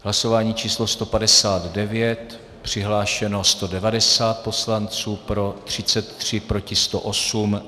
Hlasování číslo 159, přihlášeno 190 poslanců, pro 33, proti 108.